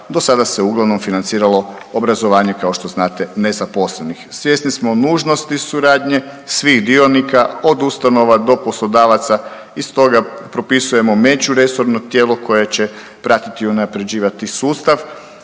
do sada se uglavnom financiralo obrazovanje kao što znate nezaposlenih. Svjesni smo nužnosti suradnje svih dionika od ustanova do poslodavaca i stoga propisujemo međuresorno tijelo koje će pratiti i unaprjeđivati sustav.